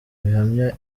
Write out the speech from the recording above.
bihamya